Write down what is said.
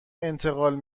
انتقال